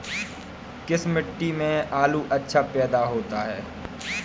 किस मिट्टी में आलू अच्छा पैदा होता है?